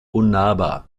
unnahbar